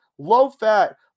low-fat